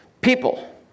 people